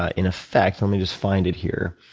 ah in effect let me just find it here.